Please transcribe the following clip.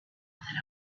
had